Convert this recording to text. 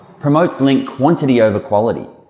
promotes link quantity over quality.